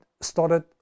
started